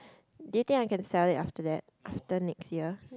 do you think I can sell it after that after next year